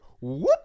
Whoop